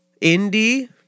indie